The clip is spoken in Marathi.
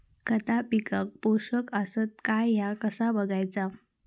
खता पिकाक पोषक आसत काय ह्या कसा बगायचा?